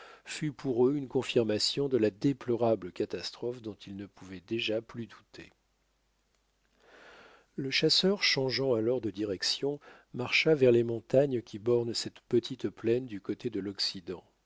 fut pour eux une confirmation de la déplorable catastrophe dont ils ne pouvaient déjà plus douter le chasseur changeant alors de direction marcha vers les montagnes qui bornent cette petite plaine du côté de l'occident